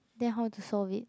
then how to solve it